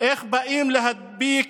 איך באים להדביק